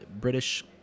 British